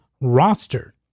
roster